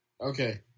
Okay